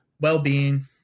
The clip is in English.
well-being